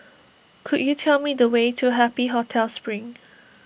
could you tell me the way to Happy Hotel Spring